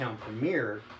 premiere